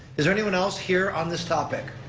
is there anyone else here on this topic?